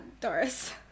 Doris